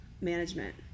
management